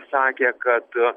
sakė kad